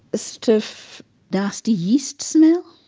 sort of nasty yeast smell